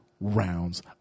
rounds